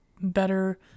better